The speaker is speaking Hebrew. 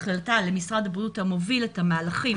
ולמשרד הבריאות המוביל את המהלכים,